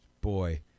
boy